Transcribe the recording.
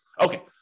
Okay